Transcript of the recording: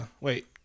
Wait